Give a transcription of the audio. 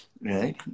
right